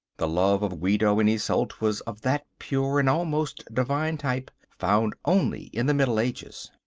the love of guido and isolde was of that pure and almost divine type, found only in the middle ages.